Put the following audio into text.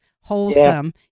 wholesome